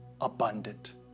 abundant